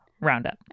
roundup